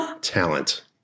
Talent